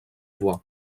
voie